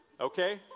okay